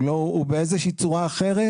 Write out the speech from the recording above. הוא באיזושהי צורה אחרת